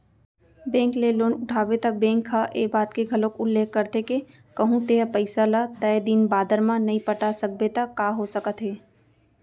bank ले loan उठाबे त बेंक ह ए बात के घलोक उल्लेख करथे के कहूँ तेंहा पइसा ल तय दिन बादर म नइ पटा सकबे त का हो सकत हे